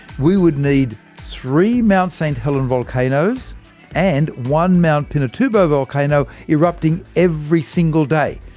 we would need three mt. st. helen volcanoes and one mt pinatubo volcano erupting every single day.